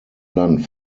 land